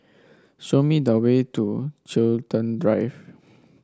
show me the way to Chiltern Drive